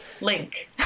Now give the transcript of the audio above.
Link